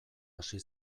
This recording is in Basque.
hasi